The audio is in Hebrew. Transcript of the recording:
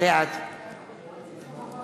נגד אראל מרגלית, אינו נוכח